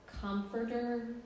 comforter